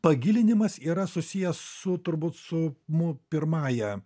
pagilinimas yra susijęs su turbūt su mu pirmąja